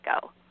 go